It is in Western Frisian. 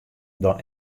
dan